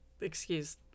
excuse